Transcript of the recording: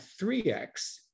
3x